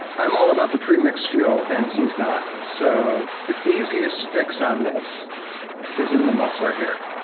i'm all about the pre-mixed fuel, and he's not. so, the easiest fix on this is in the muffler here.